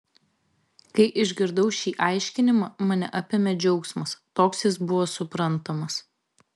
kai išgirdau šį aiškinimą mane apėmė džiaugsmas toks jis buvo suprantamas